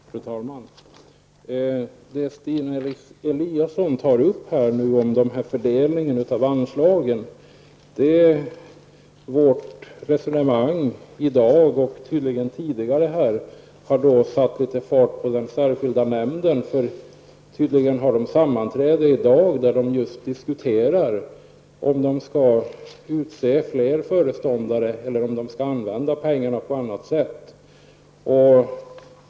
Fru talman! Det Stina Eliasson tar upp gäller fördelningen av anslagen. Vårt resonemang i dag och tidigare har satt litet fart på den särskilda nämnden. Tydligen har de sammanträde i dag, där de diskuterar om de skall utse fler föreståndare eller om de skall använda pengarna på annat sätt.